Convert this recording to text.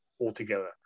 altogether